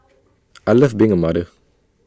I love being A mother